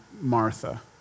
Martha